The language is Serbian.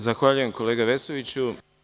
Zahvaljujem, kolega Vesoviću.